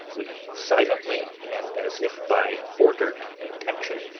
we silently, and as if by ordered intention,